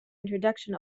introduction